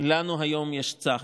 לנו היום יש צה"ל,